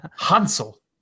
Hansel